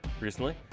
Recently